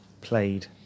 played